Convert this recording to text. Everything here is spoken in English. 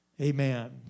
Amen